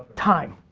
time.